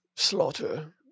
Slaughter